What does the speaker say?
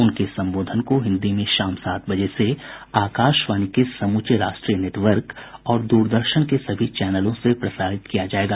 उनके संबोधन को हिन्दी में शाम सात बजे से आकाशवाणी के समूचे राष्ट्रीय नेटवर्क और दूरदर्शन के सभी चैनलों से प्रसारित किया जाएगा